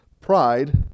Pride